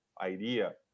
idea